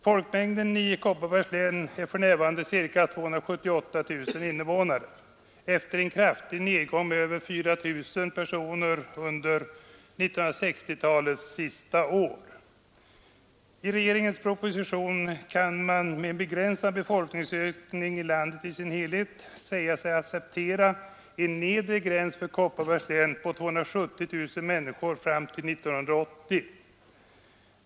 Folkmängden i Kopparbergs län är för närvarande ca 278 000 efter en kraftig nedgång med över 4 000 personer under 1960-talets sista år. I regeringens proposition kan man med en begränsad befolkningsökning i landet i dess helhet säga sig acceptera en nedre gräns för Kopparbergs län på 270 000 människor fram till 1980.